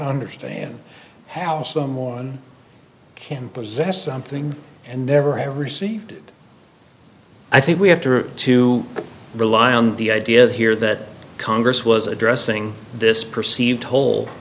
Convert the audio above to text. understand how someone can possess something and never have received it i think we have to to rely on the idea here that congress was addressing this perceived hole